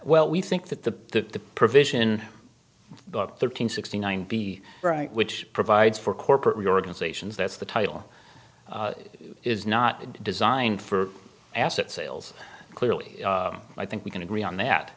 well we think that the provision of book thirteen sixty nine be right which provides for corporate reorganizations that's the title is not designed for asset sales clearly i think we can agree on that